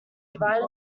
divided